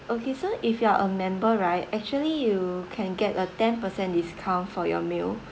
okay so if you are a member right actually you can get a ten percent discount for your meal